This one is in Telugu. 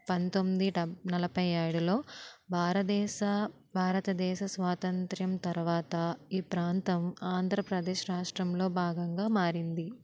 పంతొమ్మిది నలబైయేడులో భారదేశ భారతదేశ స్వాతంత్రం తర్వాత ఈ ప్రాంతం ఆంధ్రప్రదేశ్ రాష్ట్రంలో భాగంగా మారింది